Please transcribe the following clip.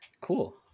cool